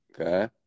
Okay